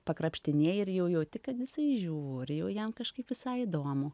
pakrapštinėji ir jau jauti kad jisai žiūri jau jam kažkaip visai įdomu